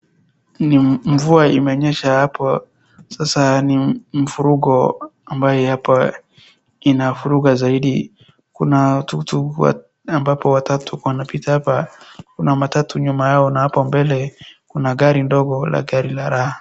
Mvua imenyesha hapa sasa ni mvurugo ambaye hapa inavuruga zaidi, kuna chuchu ambapo watatu wanapita hapa, kuna matatu nyuma yao na hapo mbele kuna gari ndogo la gari la raha.